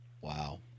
Wow